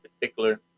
particular